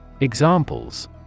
Examples